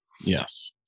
Yes